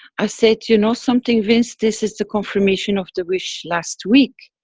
i said, you know something vince? this is the confirmation of the wish last week,